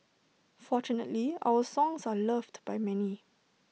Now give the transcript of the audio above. fortunately our songs are loved by many